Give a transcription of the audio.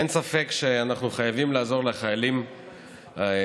אין ספק שאנחנו חייבים לעזור לחיילים משוחררים,